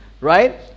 right